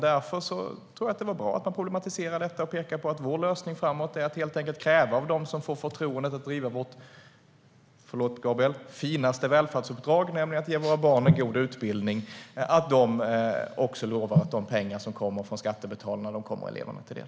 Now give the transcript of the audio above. Därför tror jag att det var bra att statsministern problematiserade detta och pekade på att vår lösning framåt är att helt enkelt kräva av dem som får förtroendet att driva vårt - förlåt, Gabriel - finaste välfärdsuppdrag, nämligen att ge våra barn en god utbildning, att de lovar att de pengar som kommer från skattebetalarna kommer eleverna till del.